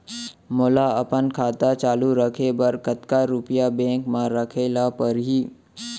मोला अपन खाता चालू रखे बर कतका रुपिया बैंक म रखे ला परही?